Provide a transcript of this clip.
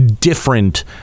different